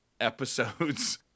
episodes